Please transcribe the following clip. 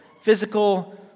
physical